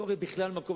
לא רואה בכלל מקום.